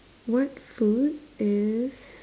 what food is